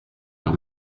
par